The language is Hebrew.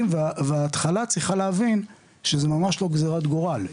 וההתחלה צריכה להבין שזה ממש לא גזירת גורל.